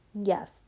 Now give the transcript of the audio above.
Yes